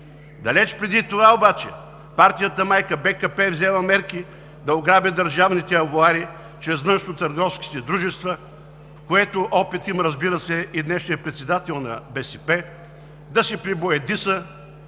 Далеч преди това обаче партията-майка БКП е взела мерки да ограби държавните авоари чрез външнотърговските дружества, в което опит има, разбира се, и днешният председател на БСП – да се пребоядиса